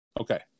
Okay